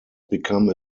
become